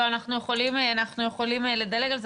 אנחנו יכולים לדלג על זה.